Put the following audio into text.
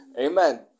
Amen